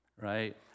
right